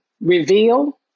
reveal